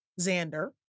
Xander